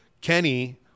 kenny